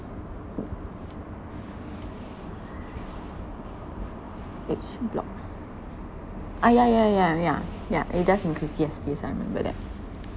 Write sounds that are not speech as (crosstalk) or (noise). age blocks uh ya ya ya ya ya it does increase yes yes I remember that (noise)